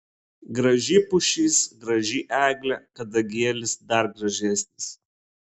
graži pušis graži eglė kadagėlis dar gražesnis